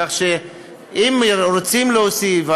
כך שאם רוצים להוסיף,